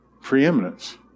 preeminence